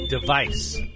device